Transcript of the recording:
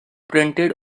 printed